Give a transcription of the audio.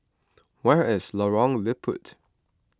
where is Lorong Liput